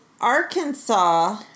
arkansas